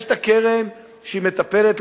יש הקרן שמטפלת,